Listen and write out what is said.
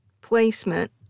placement